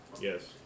Yes